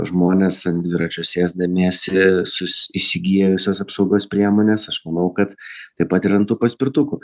žmonės ant dviračio sėsdamiesi sus įsigija visas apsaugos priemones aš manau kad taip pat ir ant tų paspirtukų